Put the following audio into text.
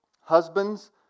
Husbands